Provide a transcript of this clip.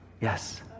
Yes